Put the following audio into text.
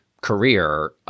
career